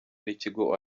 n’ikigo